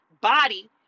body